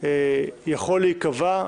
יכול להיקבע,